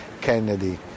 Kennedy